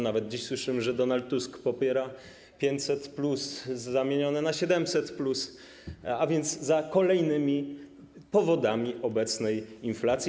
Nawet dziś słyszymy, że Donald Tusk popiera 500+ zamieniony na 700+, a więc kolejny powód obecnej inflacji.